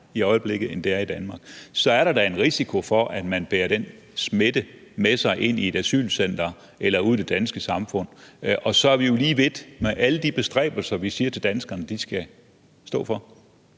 kom til den danske grænse, så er der da en risiko for, at man bærer den smitte med sig ind i et asylcenter eller ud i det danske samfund, og så er vi jo lige vidt med alle de bestræbelser, vi siger til danskerne de skal stå for?